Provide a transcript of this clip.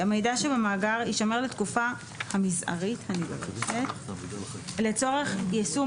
המידע שבמאגר יישמר לתקופה המזערית הנדרשת לצורך יישום